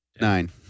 Nine